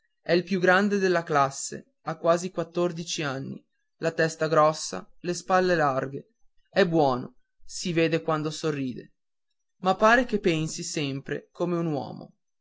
è il più grande della classe ha quasi quattordici anni la testa grossa le spalle larghe è buono si vede quando sorride ma pare che pensi sempre come un uomo